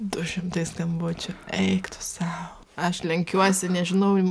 du šimtai skambučių eik tu sau aš lenkiuosi nežinau